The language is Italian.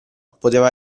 poteva